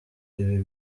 ibi